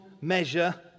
measure